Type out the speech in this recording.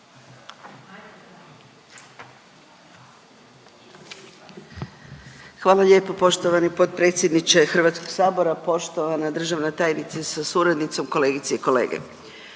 Hvala lijepo poštovani potpredsjedniče Hrvatskog sabora, poštovana državna tajnice sa suradnicom, kolegice i kolege.